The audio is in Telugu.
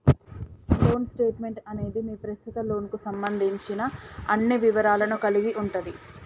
లోన్ స్టేట్మెంట్ అనేది మీ ప్రస్తుత లోన్కు సంబంధించిన అన్ని వివరాలను కలిగి ఉంటది